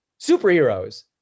superheroes